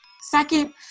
Second